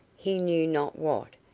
he knew not what,